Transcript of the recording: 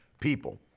people